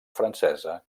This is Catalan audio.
francesa